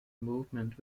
movement